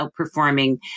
outperforming